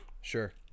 Sure